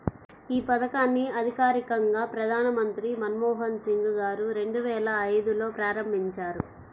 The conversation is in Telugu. యీ పథకాన్ని అధికారికంగా ప్రధానమంత్రి మన్మోహన్ సింగ్ గారు రెండువేల ఐదులో ప్రారంభించారు